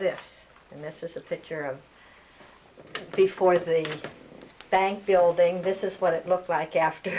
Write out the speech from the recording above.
this and this is a picture of before the bank building this is what it looked like after